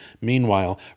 Meanwhile